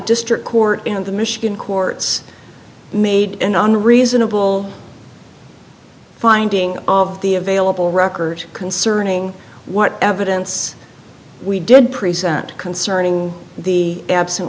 district court in the michigan courts made in an reasonable finding of the available record concerning what evidence we did present concerning the abs